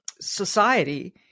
society